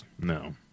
No